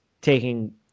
taking